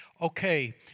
Okay